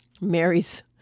Mary's